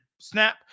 snap